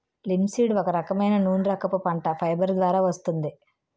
linseed ఒక రకమైన నూనెరకపు పంట, ఫైబర్ ద్వారా వస్తుంది